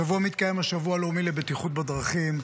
השבוע מתקיים השבוע הלאומי לבטיחות בדרכים.